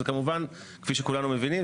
וכפי שכולנו מבינים,